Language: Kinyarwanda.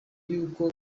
y’uko